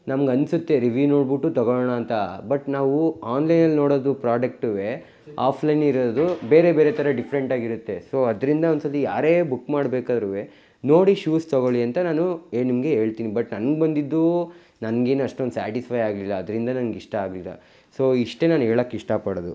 ನಮ್ಗೆ ಅನಿಸುತ್ತೆ ರಿವ್ಯೂ ನೋಡ್ಬಿಟ್ಟು ತಗೋಳ್ಳೋಣ ಅಂತ ಬಟ್ ನಾವು ಆನ್ಲೈನಲ್ ನೋಡೋದು ಪ್ರಾಡಕ್ಟು ಆಫ್ಲೈನ್ ಇರೋದು ಬೇರೆ ಬೇರೆ ಥರ ಡಿಫ್ರೆಂಟಾಗಿ ಇರುತ್ತೆ ಸೊ ಅದರಿಂದ ಒಂದು ಸರ್ತಿ ಯಾರೇ ಬುಕ್ ಮಾಡ್ಬೇಕಾದ್ರು ನೋಡಿ ಶೂಸ್ ತಗೊಳ್ಳಿ ಅಂತ ನಾನು ಏನು ನಿಮಗೆ ಹೇಳ್ತಿನ್ ಬಟ್ ನಂಗೆ ಬಂದಿದ್ದು ನನ್ಗೇನು ಅಷ್ಟೊಂದು ಸಾಟಿಸ್ಫೈ ಆಗಲಿಲ್ಲ ಅದರಿಂದ ನಂಗೆ ಇಷ್ಟ ಆಗಿಲ್ಲ ಸೊ ಇಷ್ಟೆ ನಾನು ಹೇಳಕ್ ಇಷ್ಟ ಪಡೋದು